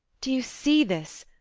do you see this?